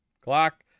clock